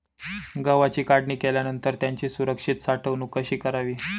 गव्हाची काढणी केल्यानंतर त्याची सुरक्षित साठवणूक कशी करावी?